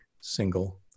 single